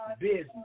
business